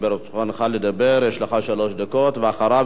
אם ברצונך לדבר יש לך שלוש דקות.